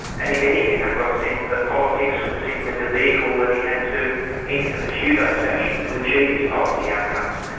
and if anything i got a sense that politics was simply the vehicle that he had to enter to to pursue those passions, to achieve his policy outcomes.